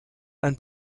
and